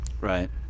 Right